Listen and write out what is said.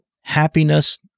Happiness